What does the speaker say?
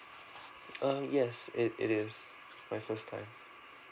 um yes it it is my first time